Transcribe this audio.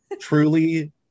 truly